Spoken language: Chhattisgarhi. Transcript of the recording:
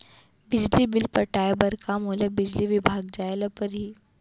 बिजली बिल पटाय बर का मोला बिजली विभाग जाय ल परही?